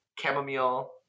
Chamomile